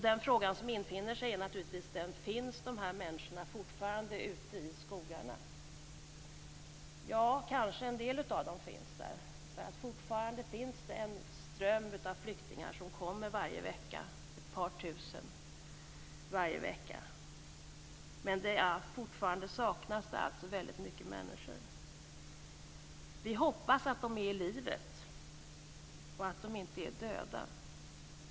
Den fråga som infinner sig: Finns de här människorna fortfarande ute i skogarna? Ja, kanske en del av dem. Fortfarande finns en ström av flyktingar varje vecka, ett par tusen kommer varje vecka. Men fortfarande saknas väldigt många människor. Vi hoppas att de är i livet, inte döda.